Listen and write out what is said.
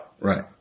Right